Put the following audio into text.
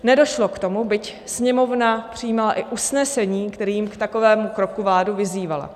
Nedošlo k tomu, byť Sněmovna přijímala i usnesení, kterým k takovému kroku vládu vyzývala.